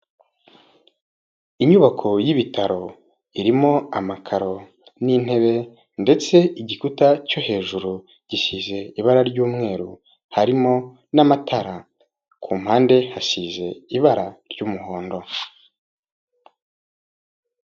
Inyubako y'ibitaro irimo amakaro n'intebe ndetse igikuta cyo hejuru gisize ibara ry'umweru harimo n'amatara, ku mpande hasize ibara ry'umuhondo.